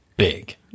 big